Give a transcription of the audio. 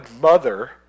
mother